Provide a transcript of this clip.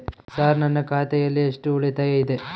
Sir ನನ್ನ ಖಾತೆಯಲ್ಲಿ ಎಷ್ಟು ಉಳಿತಾಯ ಇದೆ?